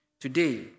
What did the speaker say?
Today